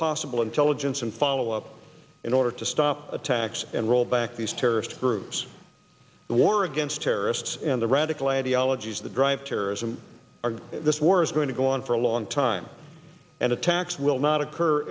possible intelligence and follow up in order to stop attacks and roll back these terrorist groups the war against terrorists and the radical ideologies that drive terrorism are this war is going to go on for a long time and attacks will not occur